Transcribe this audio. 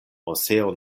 moseo